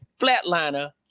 Flatliner